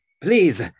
Please